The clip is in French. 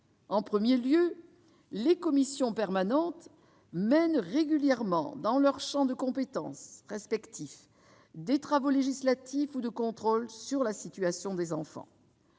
En premier lieu, les commissions permanentes mènent régulièrement, dans leurs champs de compétences respectifs, des travaux législatifs ou de contrôle sur la situation des enfants.